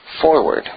forward